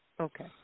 Okay